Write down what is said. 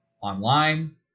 online